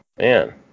Man